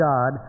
God